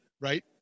Right